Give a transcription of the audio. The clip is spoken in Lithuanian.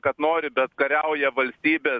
kad nori bet kariauja valstybė